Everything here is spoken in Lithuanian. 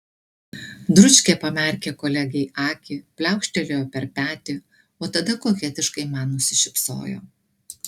dručkė pamerkė kolegei akį pliaukštelėjo per petį o tada koketiškai man nusišypsojo